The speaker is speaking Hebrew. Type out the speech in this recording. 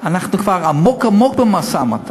אנחנו כבר עמוק עמוק במשא-ומתן.